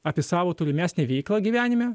apie savo tolimesnę veiklą gyvenime